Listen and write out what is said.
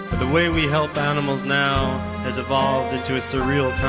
the way we help animals now has evolved into a surreal